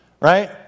right